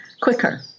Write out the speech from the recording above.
quicker